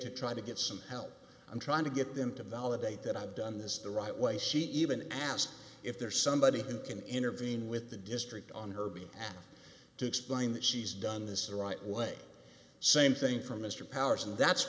to try to get some help i'm trying to get them to validate that i've done this the right way she even asked if there's somebody who can intervene with the district on her being asked to explain that she's done this the right way same thing for mr powers and that's